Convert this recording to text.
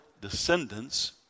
descendants